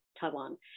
Taiwan